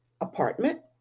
apartment